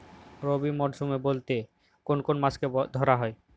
রবি মরশুম বলতে কোন কোন মাসকে ধরা হয়?